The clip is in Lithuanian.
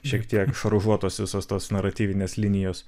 šiek tiek šaržuotos visos tos naratyvinės linijos